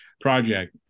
project